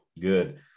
Good